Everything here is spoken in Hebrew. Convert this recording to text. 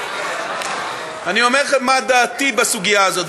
אני אומר מה דעתי בסוגיה הזאת.